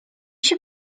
się